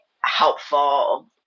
helpful